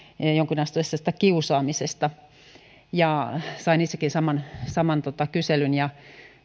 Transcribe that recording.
jonkinasteisesta kiusaamisesta sain itsekin saman saman kyselyn ja